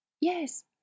Yes